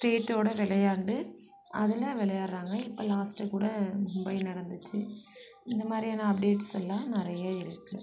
ஸ்டேட்டோடு விளையாண்டு அதில் விளையாட்றாங்க இப்போ லாஸ்ட்டு கூட மும்பை நடந்துச்சு இந்த மாதிரியான அப்டேட்ஸ் எல்லாம் நிறைய இருக்கு